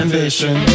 Ambition